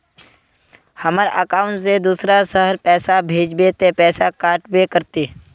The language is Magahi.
हमर अकाउंट से दूसरा शहर पैसा भेजबे ते पैसा कटबो करते?